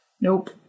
nope